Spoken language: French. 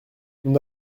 nous